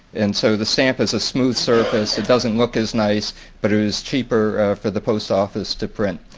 and so the stamp is a smooth surface. it doesn't look as nice but it was cheaper for the post office to print.